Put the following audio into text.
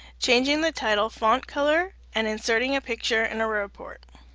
changing the title font color and inserting a picture in a report.